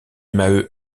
maheu